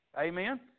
amen